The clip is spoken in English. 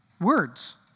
words